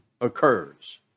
occurs